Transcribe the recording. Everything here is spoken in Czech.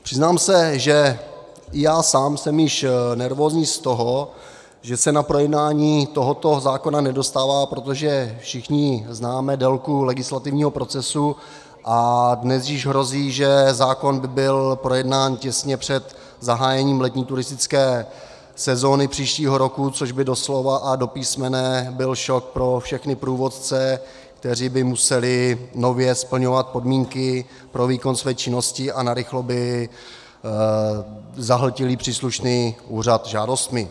Přiznám se, že i já sám jsem již nervózní z toho, že se na projednání tohoto zákona nedostává, protože všichni známe délku legislativního procesu a dnes již hrozí, že zákon by byl projednán těsně před zahájením letní turistické sezóny příštího roku, což by doslova a do písmene byl šok pro všechny průvodce, kteří by museli nově splňovat podmínky pro výkon své činnosti a narychlo by zahltili příslušný úřad žádostmi.